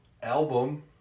album